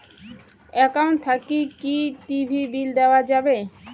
Account থাকি কি TV bill দেওয়া যাবে?